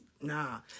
nah